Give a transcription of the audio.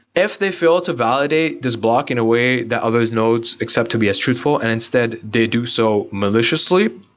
if they fail to validate this block in a way the other nodes accept to be as truthful and instead they do so maliciously,